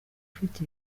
ufite